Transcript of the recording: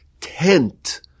tent